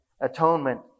atonement